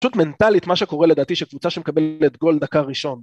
פשוט מנטלית מה שקורה לדעתי שקבוצה שמקבלת גול דקה ראשון